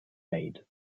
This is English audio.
made